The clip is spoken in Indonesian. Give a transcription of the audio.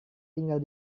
tinggal